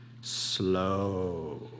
slow